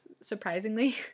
surprisingly